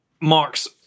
Marx